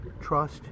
trust